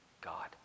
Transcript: God